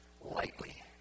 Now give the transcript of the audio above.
lightly